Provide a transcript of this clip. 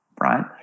right